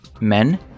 men